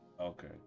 Okay